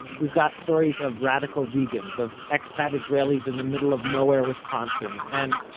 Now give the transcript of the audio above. we've got stories of radical vegans, of expat israelis in the middle-of-nowhere-wisconsin, and,